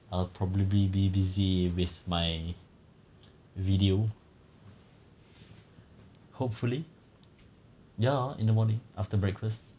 I'll probably be busy with my video hopefully ya in the morning after breakfast